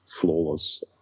flawless